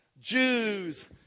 Jews